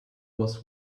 was